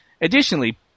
Additionally